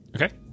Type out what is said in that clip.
Okay